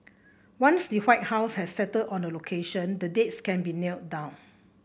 once the White House has settled on a location the dates can be nailed down